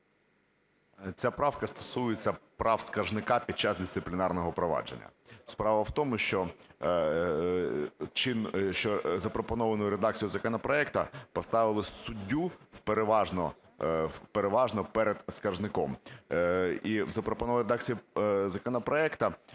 Ця правка стосується прав скаржника під час дисциплінарного провадження. Справа в тому, що запропонованою редакцією законопроекту поставили суддю переважно перед скаржником. І в запропонованій редакції законопроекту